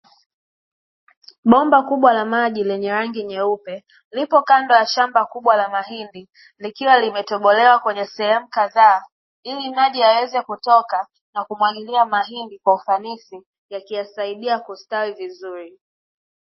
Bomba kubwa la maji lenye rangi nyeupe lipo kando ya shamba kubwa la mahindi likiwa limetobolewa kwenye sehemu kadhaa, ili maji yaweze kutoka na kumwagilia mahindi kwa ufanisi yakiyasaidia kustawi vizuri.